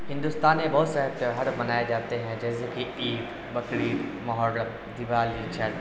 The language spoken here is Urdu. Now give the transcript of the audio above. ہندوستان میں بہت سارے تیوہار منائے جاتے ہیں جیسے کہ عید بقرعید محرم دیوالی چھٹ